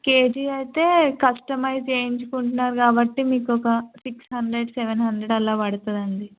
KG అయితే customise చేయించుకుంటున్నారు కాబట్టి మీకు ఒక సిక్స్ హండ్రెడ్ సెవెన్ హండ్రెడ్ అలా పడుతుంది అండి